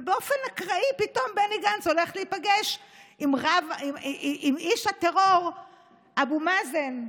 ובאופן אקראי פתאום בני גנץ הולך להיפגש עם איש הטרור אבו מאזן.